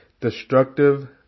destructive